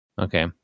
Okay